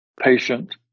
Patient